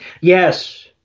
yes